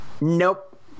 Nope